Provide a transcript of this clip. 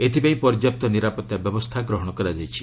ଏଥିପାଇଁ ପର୍ଯ୍ୟାପ୍ତ ନିରାପତ୍ତା ବ୍ୟବସ୍ଥା ଗ୍ରହଣ କରାଯାଇଛି